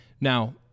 Now